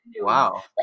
Wow